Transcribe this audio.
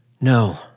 No